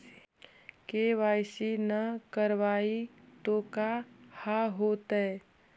KYC न करवाई तो का हाओतै?